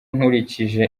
nkurikije